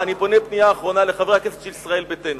פה אני פונה בפנייה אחרונה אל חברי הכנסת של ישראל ביתנו,